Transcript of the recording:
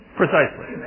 precisely